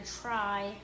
try